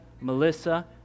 Melissa